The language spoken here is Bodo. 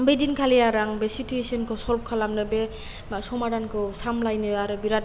बैदिनखालि आरो आं बे सिटुयेसनखौ सल्भ खालामनो बे समादानखौ सामलायनो आरो बिराद